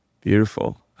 beautiful